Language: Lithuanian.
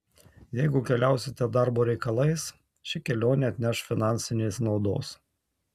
jeigu keliausite darbo reikalais ši kelionė atneš finansinės naudos